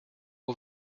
eau